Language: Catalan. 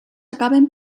acaben